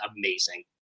amazing